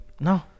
No